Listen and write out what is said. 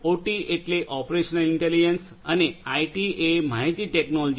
OT એટલે operational intelligence છે અને આઇટી એ માહિતી ટેકનોલોજી છે